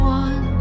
one